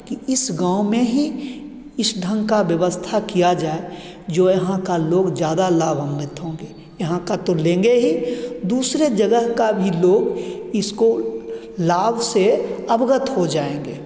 कि इस गाँव में ही इस ढंग की व्यवस्था की जाए जो यहाँ के लोग ज़्यादा लाभान्वित होंगे यहाँ का तो लेंगे ही दूसरी जगह जा भी लोग इसको लाभ से अवगत हो जाएँगे